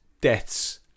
deaths